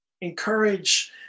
Encourage